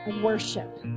worship